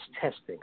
testing